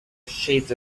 shades